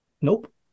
Nope